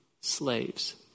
slaves